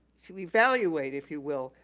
to evaluate, if you will,